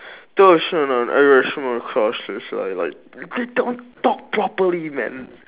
like they don't talk properly man